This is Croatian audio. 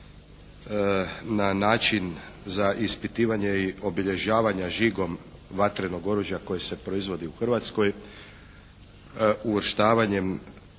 na način za ispitivanje i obilježavanja žigom vatrenog oružja koje se proizvodi u Hrvatskoj, uvrštavanjem